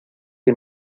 que